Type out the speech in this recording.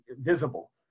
visible